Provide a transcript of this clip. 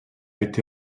été